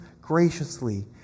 graciously